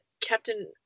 Captain